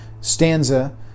stanza